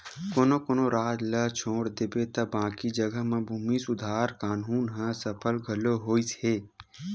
कोनो कोनो राज ल छोड़ देबे त बाकी जघा म भूमि सुधार कान्हून ह सफल घलो होइस हे